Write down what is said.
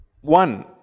One